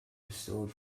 distilled